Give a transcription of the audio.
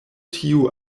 tiu